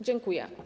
Dziękuję.